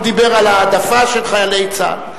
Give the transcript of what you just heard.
הוא דיבר על העדפה של חיילי צה"ל.